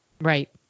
Right